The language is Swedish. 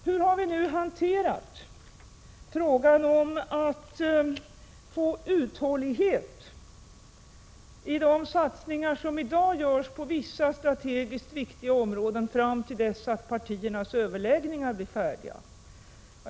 Hur har vi nu hanterat frågan om att få uthållighet i de satsningar som i dag görs på vissa strategiskt viktiga områden, fram till dess att partiernas överläggningar blir färdiga?